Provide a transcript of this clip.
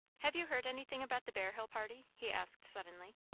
have you heard anything about the bear hill party? he asked suddenly.